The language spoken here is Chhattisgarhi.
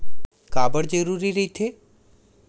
का बार जरूरी रहि थे?